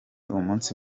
umunsi